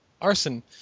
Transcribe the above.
Arson